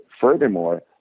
furthermore